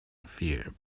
fear